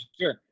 sure